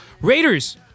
Raiders